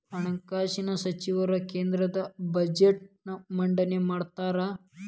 ಹಣಕಾಸಿನ ಸಚಿವರು ಕೇಂದ್ರದ ಬಜೆಟ್ನ್ ಮಂಡನೆ ಮಾಡ್ತಾರಾ